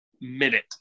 minute